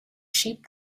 sheep